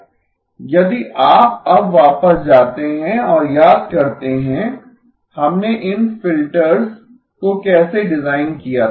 यदि आप अब वापस जाते हैं और याद करते हैं हमने इन फिल्टर्स को कैसे डिजाइन किया था